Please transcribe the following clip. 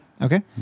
Okay